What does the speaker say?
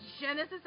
Genesis